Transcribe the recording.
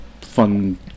fun